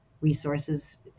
resources